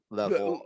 level